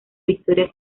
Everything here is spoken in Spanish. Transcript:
victoria